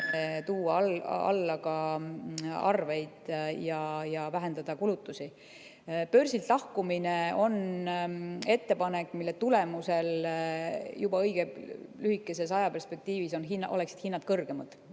tuua alla ka arveid ja vähendada kulutusi. Börsilt lahkumine on ettepanek, mille tulemusel juba õige lühikeses ajaperspektiivis oleksid hinnad kõrgemad,